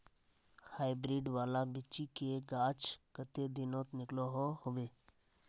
Hybrid वाला बिच्ची से गाछ कते दिनोत निकलो होबे?